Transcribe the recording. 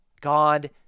God